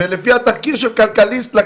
לפי התחקיר של כלכליסט,